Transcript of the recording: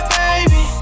baby